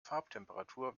farbtemperatur